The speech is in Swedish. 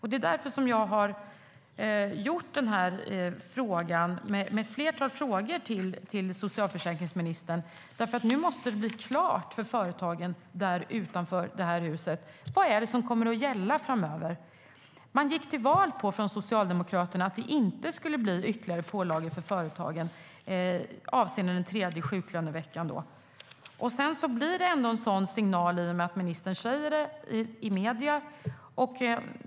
Det är därför jag har ställt denna interpellation med flera frågor till socialförsäkringsministern. Nu måste företagen utanför detta hus få klart för sig vad som ska gälla framöver. Socialdemokraterna gick till val på att det inte skulle bli ytterligare pålagor för företagen avseende den tredje sjuklöneveckan. Sedan kommer ändå en sådan signal när ministern uttalar sig i medierna.